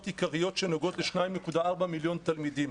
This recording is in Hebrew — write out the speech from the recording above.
עיקריות שנוגעות ל-2.4 מיליון תלמידים: